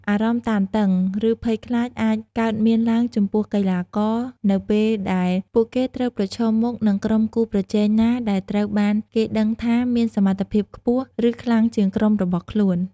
អារម្មណ៍តានតឹង ឬភ័យខ្លាចអាចកើតមានឡើងចំពោះកីឡាករ នៅពេលដែលពួកគេត្រូវប្រឈមមុខនឹងក្រុមគូប្រជែងណាដែលត្រូវបានគេដឹងថាមានសមត្ថភាពខ្ពស់ ឬខ្លាំងជាងក្រុមរបស់ខ្លួន។